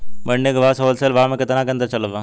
मंडी के भाव से होलसेल भाव मे केतना के अंतर चलत बा?